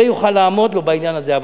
זה יוכל לעמוד לו בעניין הזה.